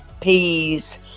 peas